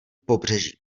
pobřeží